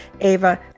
Ava